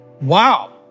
Wow